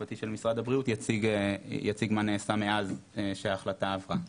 המשפטי של משרד הבריאות יציג מה נעשה מאז שההחלטה עברה.